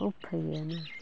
उफाय गैयाना